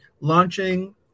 launching